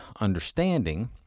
understanding